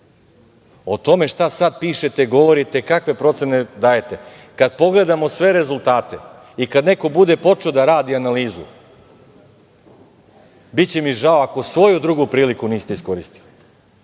O tome šta sad pišete, govorite, kakve procene dajete, kad pogledamo sve rezultate i kad neko bude počeo da radi analizu, biće mi žao ako svoju drugu priliku niste iskoristili